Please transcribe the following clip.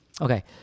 Okay